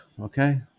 okay